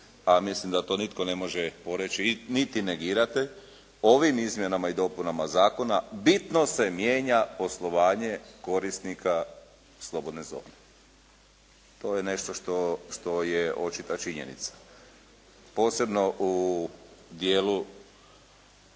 a mislim da to nitko ne može poreći niti negirate, ovim izmjenama i dopunama zakona bitno se mijenja poslovanje korisnika slobodne zone. To je nešto što je očita činjenica posebno u dijelu